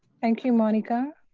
thank you. monica?